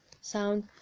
sound